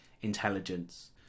intelligence